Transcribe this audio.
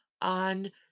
on